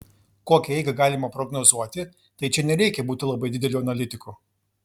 kokią eigą galima prognozuoti tai čia nereikia būti labai dideliu analitiku